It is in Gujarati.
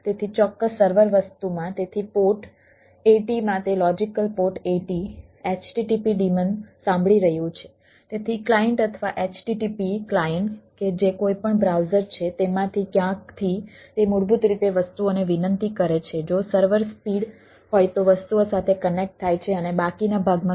તેથી ચોક્કસ સર્વર વસ્તુમાં